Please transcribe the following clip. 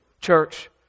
church